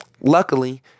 Luckily